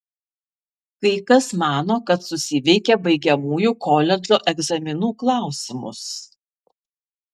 kai kas mano kad susiveikė baigiamųjų koledžo egzaminų klausimus